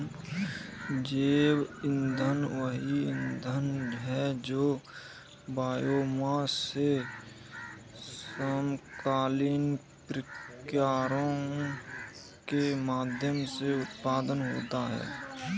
जैव ईंधन वह ईंधन है जो बायोमास से समकालीन प्रक्रियाओं के माध्यम से उत्पन्न होता है